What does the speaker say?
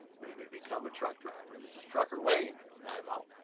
maybe become a truck driver. this is trucker wayne and i'm out.